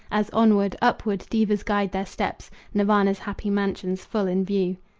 as onward, upward, devas guide their steps, nirvana's happy mansions full in view.